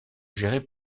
gérés